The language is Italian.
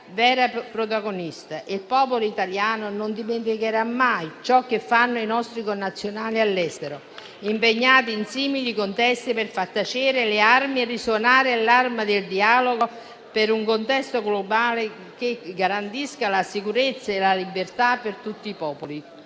vera protagonista. Il popolo italiano non dimenticherà mai ciò che fanno i nostri connazionali all'estero, impegnati in simili contesti per far tacere le armi e risuonare l'arma del dialogo, per un contesto globale che garantisca la sicurezza e la libertà di tutti i popoli.